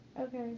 Okay